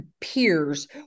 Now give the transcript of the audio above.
peers